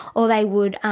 or they would